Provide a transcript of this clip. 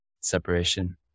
separation